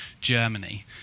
Germany